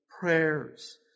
prayers